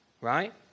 Right